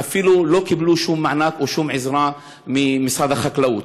אפילו לא קיבלו שום מענק ושום עזרה ממשרד החקלאות.